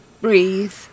breathe